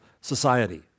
society